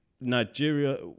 Nigeria